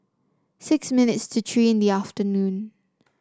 six minutes to three in the afternoon